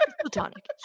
platonic